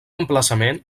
emplaçament